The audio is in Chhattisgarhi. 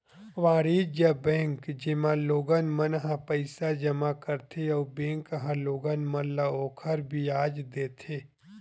वाणिज्य बेंक, जेमा लोगन मन ह पईसा जमा करथे अउ बेंक ह लोगन मन ल ओखर बियाज देथे